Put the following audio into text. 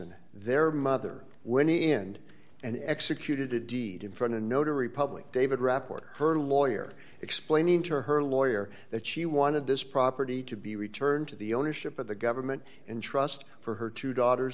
jackson their mother when he end and executed a deed in front of a notary public david rappaport her lawyer explaining to her lawyer that she wanted this property to be returned to the ownership of the government in trust for her two daughters